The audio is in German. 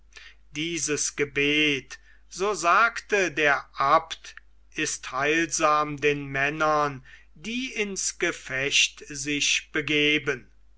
dieses gebet so sagte der abt ist heilsam den männern die ins gefecht sich begeben